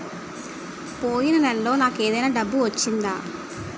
పోయిన నెలలో నాకు ఏదైనా డబ్బు వచ్చిందా?